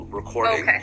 recording